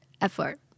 effort